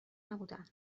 نبودم